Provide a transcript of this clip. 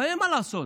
אבל אין מה לעשות,